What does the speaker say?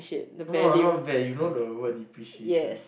!wow! not bad you know the word depreciation